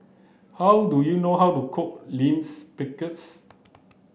how do you know how to cook Limes Pickles